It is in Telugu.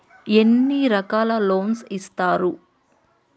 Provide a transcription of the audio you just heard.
ఎన్ని రకాల లోన్స్ ఇస్తరు?